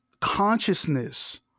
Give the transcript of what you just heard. Consciousness